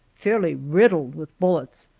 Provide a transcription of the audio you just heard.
fairly riddled with bullets.